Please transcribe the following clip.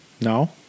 No